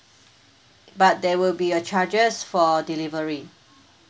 but there will be a charges for delivery